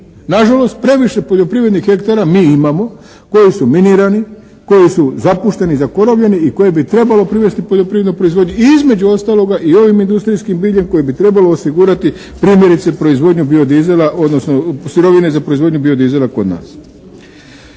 Na žalost previše poljoprivrednih hektara mi imamo koji su minirani, koji su zapušteni i zakorovljeni i koje bi trebalo privesti poljoprivrednoj proizvodnji i između ostaloga i ovim industrijskim biljem koje bi trebalo osigurati primjerice proizvodnju biodizela, odnosno sirovine za proizvodnju biodizela kod nas.